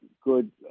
good